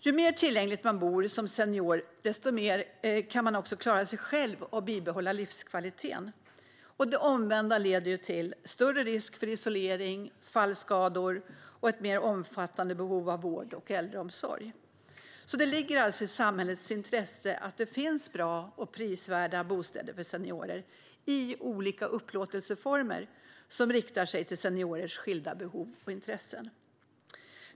Ju mer tillgängligt man bor som senior desto mer kan man också klara sig själv och bibehålla livskvaliteten. Det omvända leder till större risk för isolering, fallskador och ett mer omfattande behov av vård och äldreomsorg. Det ligger alltså i samhällets intresse att det finns bra och prisvärda bostäder för seniorer i olika upplåtelseformer som riktar sig till seniorers skilda behov och intressen.